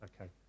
Okay